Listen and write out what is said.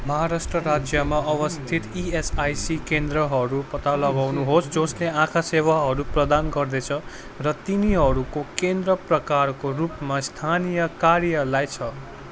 महाराष्ट्र राज्यमा अवस्थित इएसआइसी केन्द्रहरू पत्ता लगाउनुहोस् जसले आँखा सेवाहरू प्रदान गर्दैछ र तिनीहरूको केन्द्र प्रकारको रूपमा स्थानीय कार्यालय छ